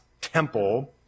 temple